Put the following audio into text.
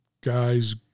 guy's